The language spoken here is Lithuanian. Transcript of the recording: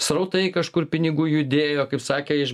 srautai kažkur pinigų judėjo kaip sakė iš